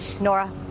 Nora